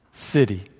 city